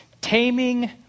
Taming